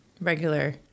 regular